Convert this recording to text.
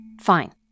Fine